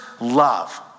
love